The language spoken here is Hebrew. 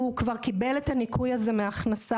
הוא כבר קיבל את הניכוי הזה מההכנסה,